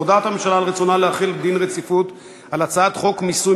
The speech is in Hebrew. הודעת הממשלה על רצונה להחיל דין רציפות על הצעת חוק מיסוי